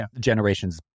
generations